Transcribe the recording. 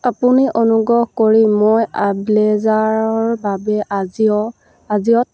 আপুনি অনুগ্ৰহ কৰি মই ব্লেজাৰৰ বাবে আজিঅ' আজিঅ'ত